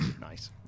Nice